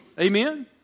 Amen